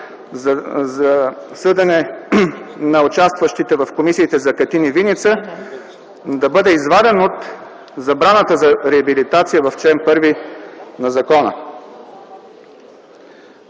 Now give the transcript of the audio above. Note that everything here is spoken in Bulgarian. за съдене на участващите в комисиите за Катин и Виница да бъде изваден от забраната за реабилитация в чл. 1 на закона.